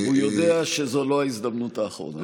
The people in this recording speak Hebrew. הוא יודע שזאת לא ההזדמנות האחרונה.